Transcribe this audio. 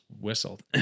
whistled